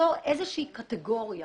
שניצור איזו שהיא קטגוריה